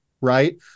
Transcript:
Right